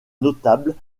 notables